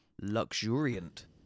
Luxuriant